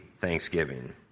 thanksgiving